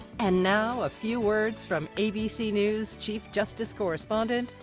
and now, a few words from abc news chief justice correspondent,